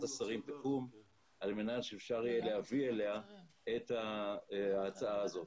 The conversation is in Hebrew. השרים תקום על מנת שיהיה אפשר להביא אליה את ההצעה הזאת.